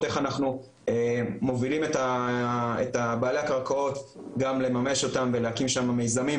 איך אנחנו מובילים את בעלי הקרקעות גם לממש אותם ולהקים שמה מיזמים,